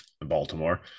Baltimore